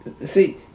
see